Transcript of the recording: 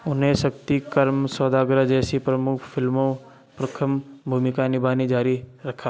उन्हें शक्ति कर्म सौदागरा जैसी प्रमुख फ़िल्मों प्रखम भूमिका निभानी जारी रखा